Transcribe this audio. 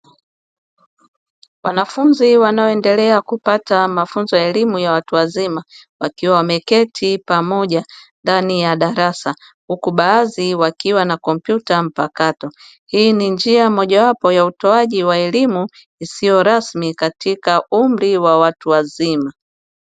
Wanafunzi wanaoendelea kupata elimu ya mafunzo ya watu wazima wakiwa wameketi pamoja ndani ya darasa huku baadhi wakiwa na kompyuta mpakato hii ni njia mojawapo ya utoaji wa elimu isiyo rasmi katika umri wa watu wazima.